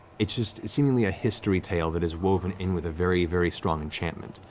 it's just seemingly a history tale that is woven in with a very, very strong enchantment,